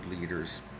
leaders